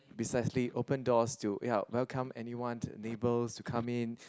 precisely open doors to ya welcome anyone neighbours to come in